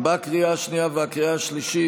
לקריאה השנייה ולקריאה השלישית.